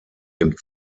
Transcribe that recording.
dem